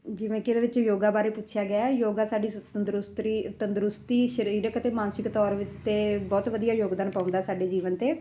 ਜਿਵੇਂ ਕਿ ਇਹਦੇ ਵਿੱਚ ਯੋਗਾ ਬਾਰੇ ਪੁੱਛਿਆ ਗਿਆ ਯੋਗਾ ਸਾਡੀ ਸੁ ਤੰਦਰੁਸਤਰੀ ਤੰਦਰੁਸਤੀ ਸਰੀਰਕ ਅਤੇ ਮਾਨਸਿਕ ਤੌਰ 'ਤੇ ਬਹੁਤ ਵਧੀਆ ਯੋਗਦਾਨ ਪਾਉਣ ਦਾ ਸਾਡੇ ਜੀਵਨ 'ਤੇ